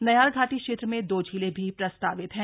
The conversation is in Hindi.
नयार घाटी क्षेत्र में दो झीलें भी प्रस्तावित हैं